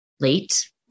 late